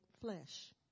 flesh